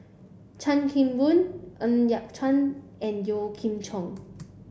Chan Kim Boon Ng Yat Chuan and Yeo Kim Chong